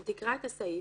אם תקרא את הסעיף,